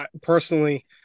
Personally